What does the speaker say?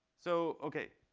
so ok